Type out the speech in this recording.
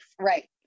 right